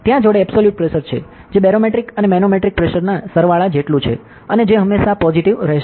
ત્યાં જોડે absolute pressure છે જે બેરોમેટ્રિક અને મેનોમેટ્રિક પ્રેશરના સરવાળા જેટલું છે અને જે હંમેશા પોજીટીવ રહેશે